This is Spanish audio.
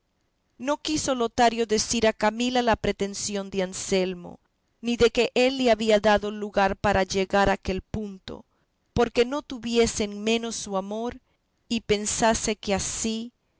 no quiso lotario decir a camila la pretensión de anselmo ni que él le había dado lugar para llegar a aquel punto porque no tuviese en menos su amor y pensase que así